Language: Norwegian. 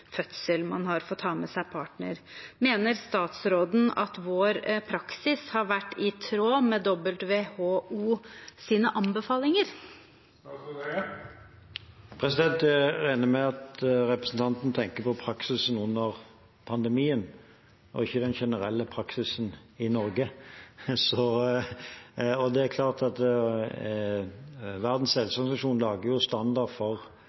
fødsel man har fått ha med seg partner. Mener statsråden at vår praksis har vært i tråd med WHOs anbefalinger? Jeg regner med at representanten tenker på praksisen under pandemien og ikke den generelle praksisen i Norge. Det er klart at Verdens helseorganisasjon lager standard for